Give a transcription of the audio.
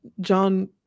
John